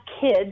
kids